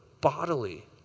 bodily